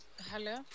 Hello